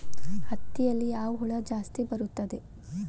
ಹತ್ತಿಯಲ್ಲಿ ಯಾವ ಹುಳ ಜಾಸ್ತಿ ಬರುತ್ತದೆ?